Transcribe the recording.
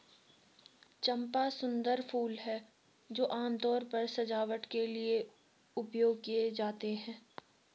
चंपा सुंदर फूल हैं जो आमतौर पर सजावट के लिए उपयोग किए जाते हैं